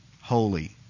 holy